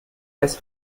das